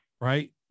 right